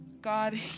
God